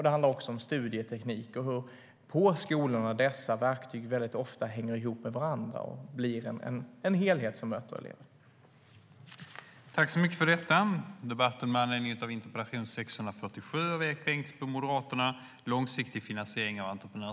Det handlar också om studieteknik och hur dessa verktyg på skolorna ofta hänger ihop med varandra och blir en helhet som möter eleverna.